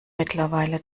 mittlerweile